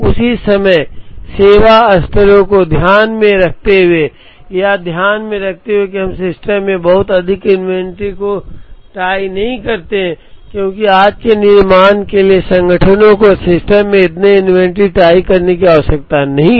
उसी समय सेवा स्तरों को ध्यान में रखते हुए यह ध्यान में रखते हुए कि हम सिस्टम में बहुत अधिक इन्वेंट्री को टाई नहीं करते हैं क्योंकि आज के निर्माण के लिए संगठनों को सिस्टम में इतनी इन्वेंट्री टाई करने की आवश्यकता नहीं है